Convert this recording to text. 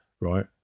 right